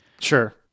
sure